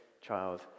child